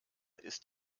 ist